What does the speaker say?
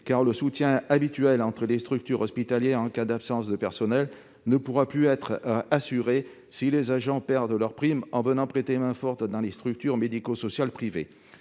car le soutien habituel entre les structures hospitalières en cas d'absence de personnel ne pourra plus être assuré si les agents perdent leur prime en venant prêter main-forte dans les structures médico-sociales privées.